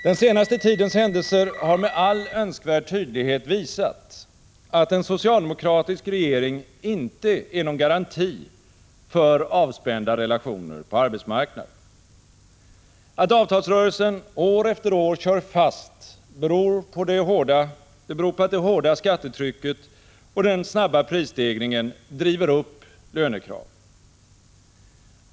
Den senaste tidens händelser har med all önskvärd tydlighet visat att en socialdemokratisk regering inte är någon garanti för a pända relationer på arbetsmarknaden. Att avtalsrörelsen år efter år kör fast beror på att det hårda skattetrycket och den snabba prisstegringen driver upp lönekraven.